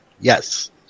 Yes